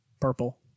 purple